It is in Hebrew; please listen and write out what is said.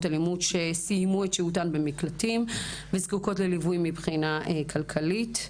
אלימות שסיימו את שהותן במקלטים וזקוקות לליווי מבחינה כלכלית.